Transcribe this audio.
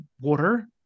water